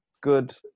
good